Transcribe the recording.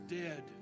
dead